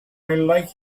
like